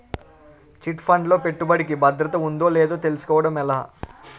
Chit fund లో పెట్టుబడికి భద్రత ఉందో లేదో తెలుసుకోవటం ఎలా?